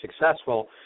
successful